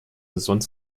gesund